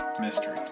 Mystery